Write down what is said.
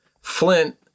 Flint